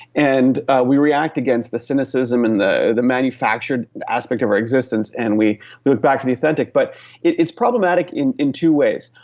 and we react against the cynicism and the the manufactured aspect of our existence and we move back to the authentic. but it's problematic in in two ways.